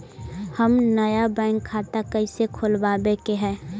हम नया बैंक खाता कैसे खोलबाबे के है?